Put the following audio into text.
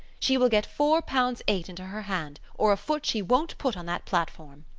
she will get four pounds eight into her hand or a foot she won't put on that platform.